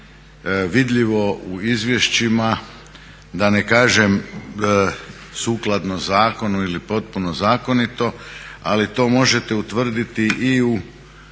vidljivo u izvješćima, da ne kažem sukladno zakonu ili potpuno zakonito, ali to možete utvrditi i u